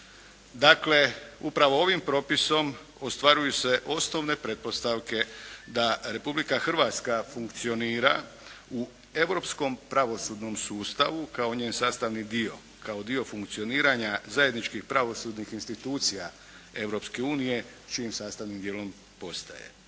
Dakle, upravo ovim propisom ostvaruju se osnovne pretpostavke da Republika Hrvatska funkcionira u europskom pravosudnom sustavu kao njen sastavni dio, kao dio funkcioniranja zajedničkih pravosudnih institucija Europske unije čijim sastavnim dijelom postaje.